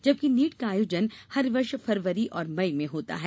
जबकि नीट का आयोजन हर वर्ष फरवरी और मई में होता है